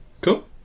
Cool